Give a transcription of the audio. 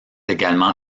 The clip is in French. également